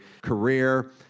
career